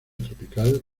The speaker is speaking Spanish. tropical